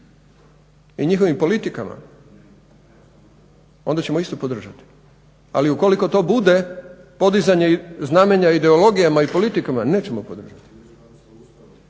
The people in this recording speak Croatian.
i njihovim politikama, onda ćemo isto podržati. Ali ukoliko to bude podizanje znamenja ideologijama i politikama nećemo podržati,